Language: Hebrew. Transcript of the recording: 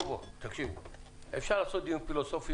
--- אפשר לעשות דיון פילוסופי.